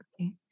okay